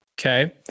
Okay